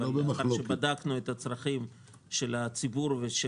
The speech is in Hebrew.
אחרי שבדקנו את הצרכים של הציבור ושל